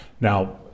Now